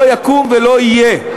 לא יקום ולא יהיה.